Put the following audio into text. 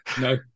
No